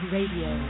Radio